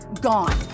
gone